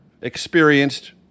experienced